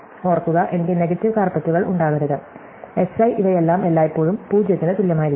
ഓർക്കുക എനിക്ക് നെഗറ്റീവ് കാര്പെറ്റുകൾ ഉണ്ടാകരുത് Si ഇവയെല്ലാം എല്ലായ്പ്പോഴും 0 ന് തുല്യമായിരിക്കണം